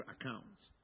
accounts